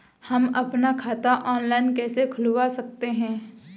हम अपना खाता ऑनलाइन कैसे खुलवा सकते हैं?